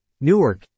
Newark